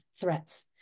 threats